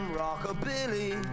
rockabilly